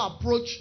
approach